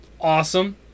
awesome